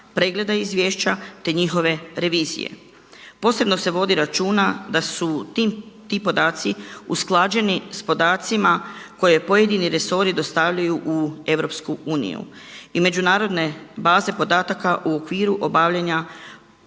pregleda izvješća, te njihove revizije. Posebno se vodi računa da su ti podaci usklađeni s podacima koje pojedini resori dostavljaju u EU i međunarodne baze podataka u okviru obavljanja